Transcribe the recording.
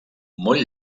molt